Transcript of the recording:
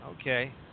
Okay